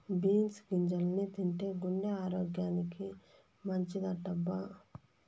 beans గింజల్ని తింటే గుండె ఆరోగ్యానికి మంచిదటబ్బా